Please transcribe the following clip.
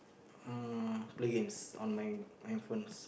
uh play games on my my phones